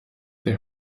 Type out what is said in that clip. the